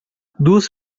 duas